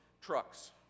trucks